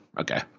okay